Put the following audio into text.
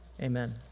Amen